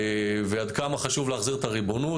ועד כמה חשוב להחזיר את הריבונות.